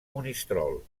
monistrol